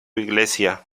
iglesia